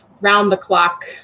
round-the-clock